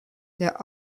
der